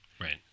Right